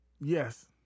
yes